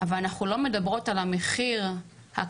אבל אנחנו לא מדברות על המחיר הכלכלי